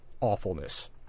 awfulness